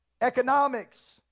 Economics